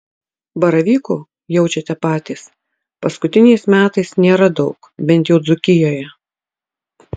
baravykų jaučiate patys paskutiniais metais nėra daug bent jau dzūkijoje